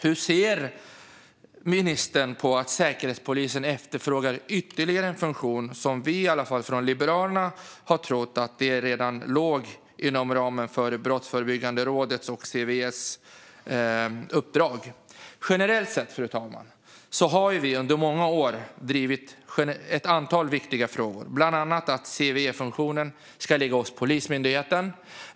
Hur ser ministern på att Säkerhetspolisen efterfrågar ytterligare en funktion som i alla fall vi från Liberalerna har trott redan låg inom ramen för Brottsförebyggande rådets och CVE:s uppdrag? Generellt sett, fru talman, har vi under många år drivit ett antal viktiga frågor, bland annat att CVE-funktionen ska ligga hos Polismyndigheten.